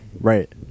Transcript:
Right